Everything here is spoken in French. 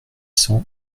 cent